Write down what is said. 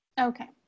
okay